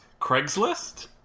Craigslist